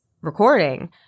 recording